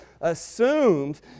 assumes